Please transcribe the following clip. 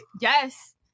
Yes